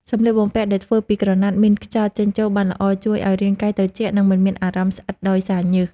សម្លៀកបំពាក់ដែលធ្វើពីក្រណាត់មានខ្យល់ចេញចូលបានល្អជួយឱ្យរាងកាយត្រជាក់ និងមិនមានអារម្មណ៍ស្អិតដោយសារញើស។